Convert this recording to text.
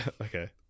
Okay